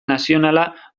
nazionala